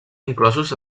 inclosos